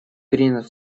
принят